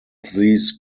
these